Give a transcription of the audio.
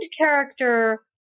character